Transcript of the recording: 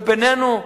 ובינינו,